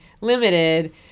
limited